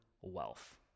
wealth